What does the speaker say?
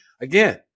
again